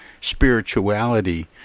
spirituality